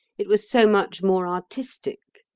it was so much more artistic.